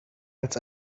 als